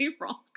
wrong